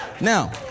Now